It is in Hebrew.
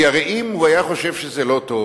כי הרי אם הוא היה חושב שזה לא טוב,